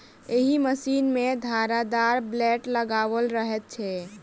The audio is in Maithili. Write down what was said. एहि मशीन मे धारदार ब्लेड लगाओल रहैत छै